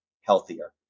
healthier